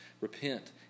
repent